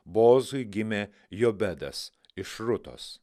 boozui gimė jobedas iš rutos